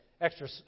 extra